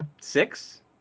Six